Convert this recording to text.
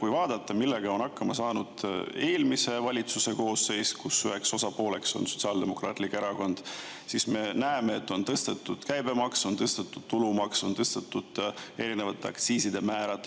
Kui me vaatame, millega on hakkama saanud eelmise valitsuse koosseis, kus üheks osapooleks on Sotsiaaldemokraatlik Erakond, siis näeme, et on tõstetud käibemaksu, on tõstetud tulumaksu, on tõstetud eri aktsiiside määra,